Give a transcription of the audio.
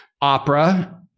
opera